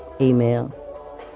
Email